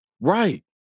right